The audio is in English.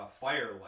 firelight